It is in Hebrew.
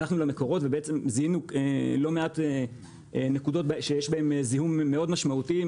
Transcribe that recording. הלכנו למקורות ובעצם זיהינו לא מעט נקודות שיש בהן זיהום מאוד משמעותי.